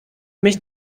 mich